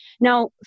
Now